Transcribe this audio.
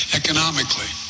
economically